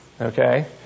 Okay